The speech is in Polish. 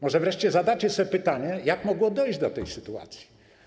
Może wreszcie zadacie sobie pytanie, jak mogło dojść do tej sytuacji.